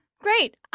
Great